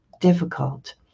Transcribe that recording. difficult